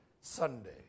Sunday